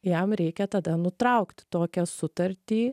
jam reikia tada nutraukt tokią sutartį